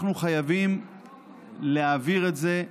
אנחנו חייבים להעביר את זה,